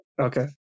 Okay